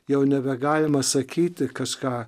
jau nebegalima sakyti kas ką